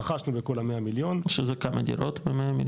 רכשנו בכל ה-100 מיליון --- שזה כמה דירות ב-100 מיליון?